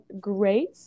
great